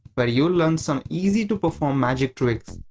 but you'll learn some easy to perform magic tricks,